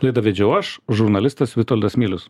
laidą vedžiau aš žurnalistas vitoldas milius